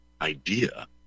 idea